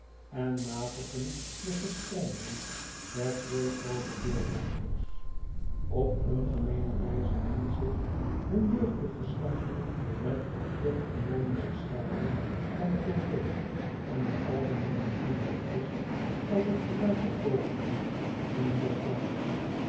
en matigen de gestrengheid der twee groote deurwachters op ongemeene wijze mengt zich hun jeugdig gesnap met de harmonische schaduw van t tooneel en de algemeene indruk is als t geluid der vogelen in een